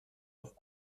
auf